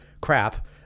crap